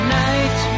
night